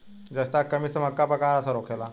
जस्ता के कमी से मक्का पर का असर होखेला?